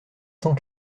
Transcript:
cent